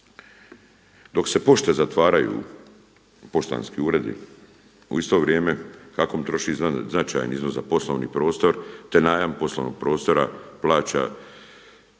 Dok se pošte zatvaraju, poštanski uredi u isto vrijeme HAKOM troši značajni iznos za poslovni prostor te najam poslovnog prostora plaća